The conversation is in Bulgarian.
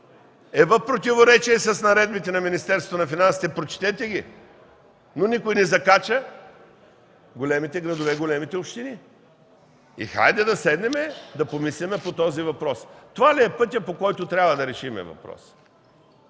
е в противоречие с наредбите на Министерството на финансите. Прочетете ги! Никой не закача големите градове, големите общини. Хайде да седнем и да помислим това ли е пътят, по който трябва да решим въпроса?